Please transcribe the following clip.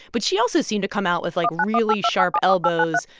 but she also seemed to come out with, like, really sharp elbows,